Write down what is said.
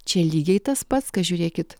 čia lygiai tas pats kas žiūrėkit